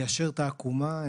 ליישר את העקומה,